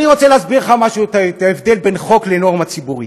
אני רוצה להסביר לך את ההבדל בין חוק לנורמה ציבורית.